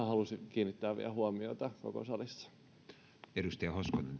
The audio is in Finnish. halusin kiinnittää vielä huomiota koko salissa